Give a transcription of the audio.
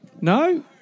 No